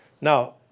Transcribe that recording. Now